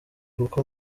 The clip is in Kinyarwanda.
kuko